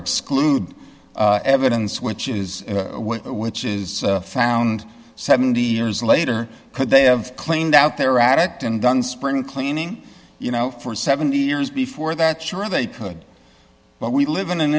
exclude evidence which is which is found seventy years later could they have cleaned out their addict and done spring cleaning you know for seventy years before that sure they could but we live in an